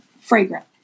fragrant